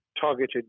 targeted